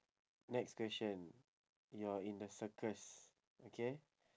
next question you are in the circus okay